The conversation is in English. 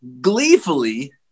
gleefully